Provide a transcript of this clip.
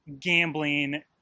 gambling